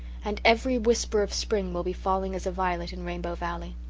and every whisper of spring will be falling as a violet in rainbow valley.